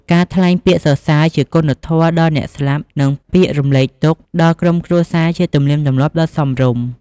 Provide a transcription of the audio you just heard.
ការថ្លែងពាក្យសរសើរជាគុណធម៌ដល់អ្នកស្លាប់ និងពាក្យរំលែកទុក្ខដល់ក្រុមគ្រួសារជាទំនៀមទម្លាប់ដ៏សមរម្យ។